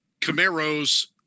Camaros